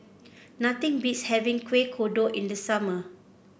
nothing beats having Kuih Kodok in the summer